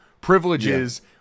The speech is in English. privileges